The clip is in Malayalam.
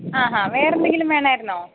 ആഹാ വേറെയെന്തെങ്കിലും വേണമായിരുന്നോ